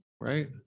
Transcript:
Right